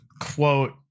quote